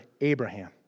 Abraham